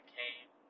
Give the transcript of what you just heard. came